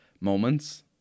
moments